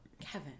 Kevin